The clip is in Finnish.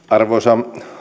arvoisa